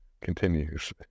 continues